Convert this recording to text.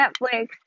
Netflix